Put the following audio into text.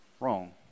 wrong